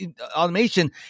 automation